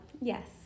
Yes